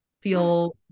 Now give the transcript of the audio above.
feel